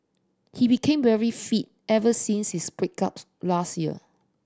he became very fit ever since his break up last year